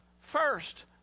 first